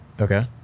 Okay